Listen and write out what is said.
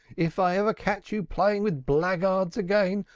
if i ever catch you playing with blackguards again,